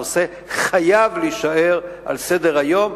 הנושא חייב להישאר על סדר-היום,